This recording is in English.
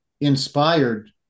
inspired